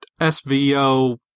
SVO